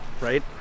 right